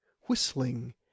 whistling